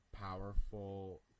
powerful